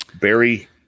Barry